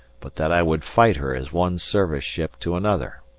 but that i would fight her as one service ship to another.